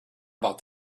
about